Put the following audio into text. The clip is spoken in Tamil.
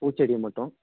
பூச்செடியில் மட்டும்